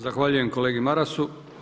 Zahvaljujem kolegi Marasu.